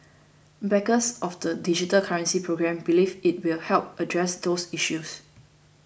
backers of the digital currency programme believe it will help address those issues